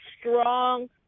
strong